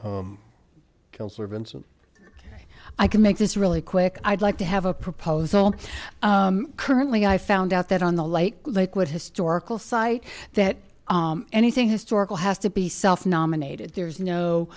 and i can make this really quick i'd like to have a proposal currently i found out that on the light liquid historical site that anything historical has to be self nominated there is no